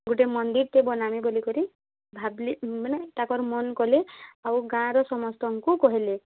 ଗୋଟେ ମନ୍ଦିର୍ଟେ ବନାମି ବୋଲିକରି ଭାବ୍ଲେ ମାନେ ତାଙ୍କର୍ ମନ୍ କଲେ ଆଉ ଗାଁର ସମସ୍ତଙ୍କୁ କହିଲେ